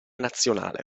nazionale